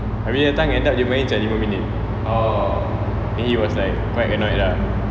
abeh dia datang end up dia main macam lima minit then he was like quite annoyed lah